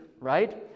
right